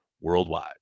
worldwide